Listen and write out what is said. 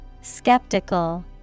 Skeptical